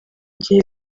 gihe